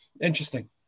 interesting